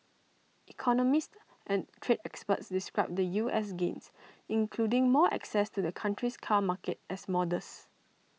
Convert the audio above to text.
economists and trade experts described the US's gains including more access to the country's car market as modest